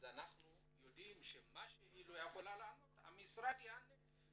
אנחנו יודעים שמה שהיא לא יכולה לענות המשרד יענה.